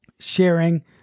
Sharing